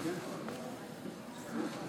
ראש הממשלה